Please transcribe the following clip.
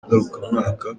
ngarukamwaka